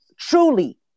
Truly